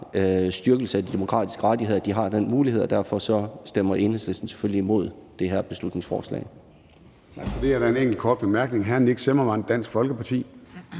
styrkelse af de demokratiske rettigheder, at de har den mulighed, og derfor stemmer Enhedslisten selvfølgelig imod det her beslutningsforslag.